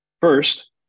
first